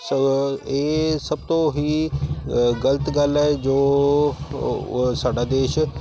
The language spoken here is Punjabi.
ਸੋ ਇਹ ਸਭ ਤੋਂ ਹੀ ਗਲਤ ਗੱਲ ਹੈ ਜੋ ਓ ਸਾਡਾ ਦੇਸ਼